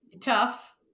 tough